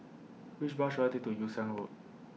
Which Bus should I Take to Yew Siang Road